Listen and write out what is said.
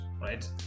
right